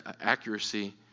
accuracy